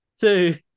two